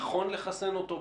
נכון לחסן אותו?